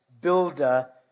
builder